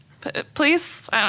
Please